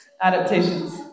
Adaptations